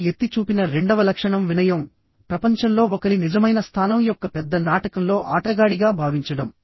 ఆమె ఎత్తి చూపిన రెండవ లక్షణం వినయం ప్రపంచంలో ఒకరి నిజమైన స్థానం యొక్క పెద్ద నాటకంలో ఆటగాడిగా భావించడం